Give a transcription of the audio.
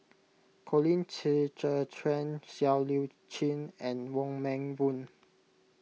Colin Qi Zhe Quan Siow Lee Chin and Wong Meng Voon